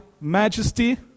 majesty